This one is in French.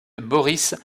boris